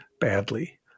badly